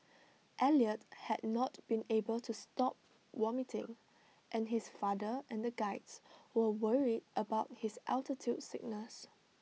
Elliot had not been able to stop vomiting and his father and the Guides were worried about his altitude sickness